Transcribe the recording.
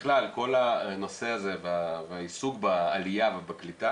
ובכלל כל הנושא הזה והעיסוק בעלייה ובקליטה